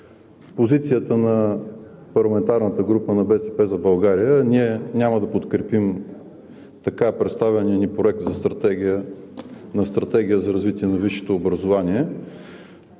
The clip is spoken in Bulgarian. позицията на парламентарната група на „БСП за България“ – ние няма да подкрепим представения ни проект на Стратегия за развитие на висшето образование.